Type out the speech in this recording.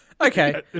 Okay